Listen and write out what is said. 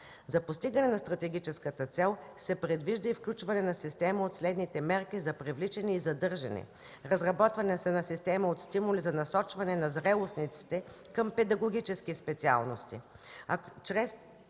За постигане на стратегическата цел се предвижда и включване на система от следните мерки за привличане и задържане: разработване на система от стимули за насочване на зрелостниците към педагогически специалности